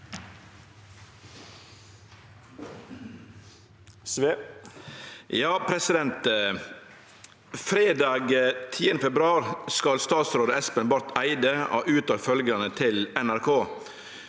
«Fredag 10. februar skal statsråd Espen Barth Eide ha uttalt følgjande til NRK: